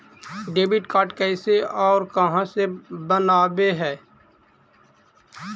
Debit card कैसे और कहां से बनाबे है?